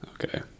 Okay